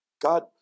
God